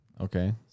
Okay